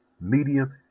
medium